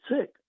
sick